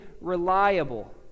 reliable